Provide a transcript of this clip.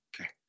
Okay